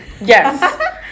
Yes